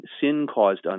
sin-caused